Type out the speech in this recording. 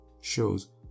shows